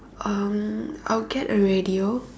um I'll get a radio